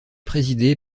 présidé